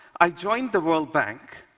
i joined the world bank,